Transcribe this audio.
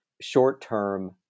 Short-term